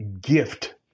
gift